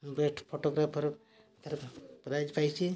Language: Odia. ବେଷ୍ଟ ଫୋଟୋଗ୍ରାଫର ଥିରେ ପ୍ରାଇଜ୍ ପାଇଛି